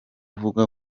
uvuga